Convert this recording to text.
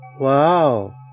Wow